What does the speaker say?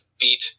beat